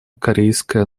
корейская